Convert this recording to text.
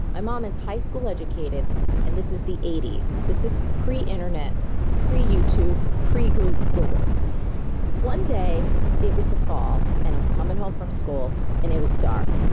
my mom is high school educated and this is the eighty s. this is pre-internet, pre-youtube, pre-google. one day it was the fall and i'm coming home from school and it was dark.